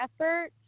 effort